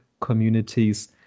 communities